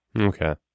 Okay